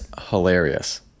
hilarious